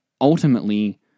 ultimately